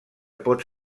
pot